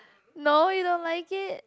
no you don't like it